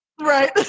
Right